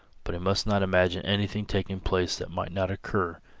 but he must not imagine anything taking place that might not occur,